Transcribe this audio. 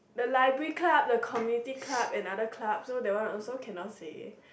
the library club the community club and other club so that one also cannot say